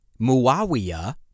Muawiyah